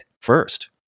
first